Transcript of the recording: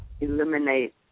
eliminate